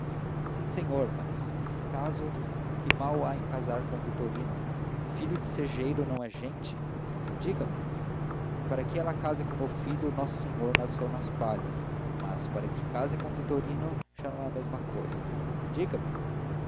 sim senhor mas nesse caso que mal há em casar com o vitorino filho de segeiro não é gente diga-me para que ela case com meu filho nosso senhor nasceu nas palhas mas para que case com o vitorino já não é a mesma cousa diga-me